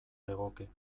legoke